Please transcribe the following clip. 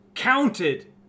counted